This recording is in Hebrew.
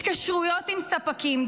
התקשרויות עם ספקים,